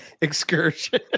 excursion